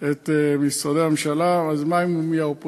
את משרדי הממשלה: אז מה אם זה מהאופוזיציה?